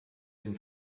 den